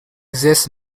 exist